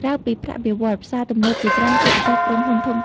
ក្រៅពីប្រាក់បៀវត្សរ៍ ផ្សារទំនើបជាច្រើន ជាពិសេសក្រុមហ៊ុនធំៗ